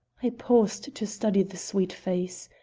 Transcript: i paused to study the sweet face.